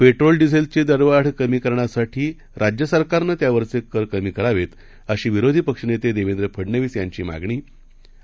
पेट्रोलडिझेलचीदरवाढकमीकरण्यासाठी राज्यसरकारनंत्यावरचेकरकमीकरावेतअशीविरोधीपक्षनेतेदेवेंद्रफडनवीसयांची मागणी आणि